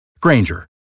Granger